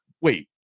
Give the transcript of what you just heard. wait